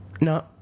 No